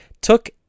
Took